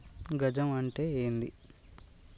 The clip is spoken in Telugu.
గజం అంటే ఏంది?